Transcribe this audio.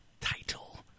title